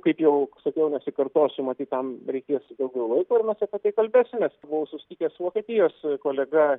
kaip jau sakiau nesikartosiu matyt tam reikės daugiau laiko ir mes apie tai kalbėsimės buvau susitikęs su vokietijos kolega